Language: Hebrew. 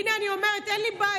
הינה אני אומרת: אין לי בעיה.